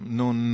non